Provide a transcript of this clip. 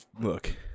look